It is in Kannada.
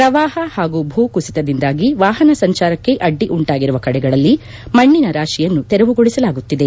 ಪ್ರವಾಪ ಪಾಗೂ ಭೂಕುಸಿತದಿಂದಾಗಿ ವಾಪನ ಸಂಚಾರಕ್ಕೆ ಅಡ್ಡಿ ಉಂಟಾಗಿರುವ ಕಡೆಗಳಲ್ಲಿ ಮಣ್ಣಿನ ರಾಶಿಯನ್ನು ತೆರವುಗೊಳಿಸಲಾಗುತ್ತಿದೆ